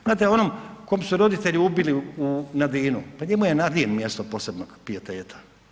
Znate onom kom su roditelje ubili u Nadinu pa njemu je Nadin mjesto posebnog pijeteta.